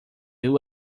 you